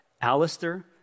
Alistair